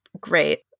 great